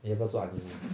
eh 要不要做 onion ring